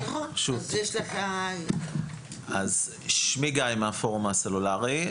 אני מפורום הסלולרי.